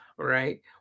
Right